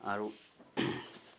আৰু